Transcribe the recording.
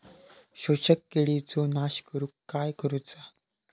शोषक किडींचो नाश करूक काय करुचा?